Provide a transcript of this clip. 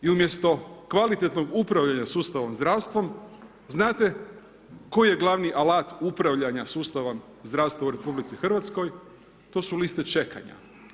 I umjesto kvalitetnog upravljanja sustavom zdravstva znate koji je glavni alat upravljanja sustavom zdravstva u RH, to su liste čekanja.